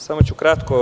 Samo ću kratko.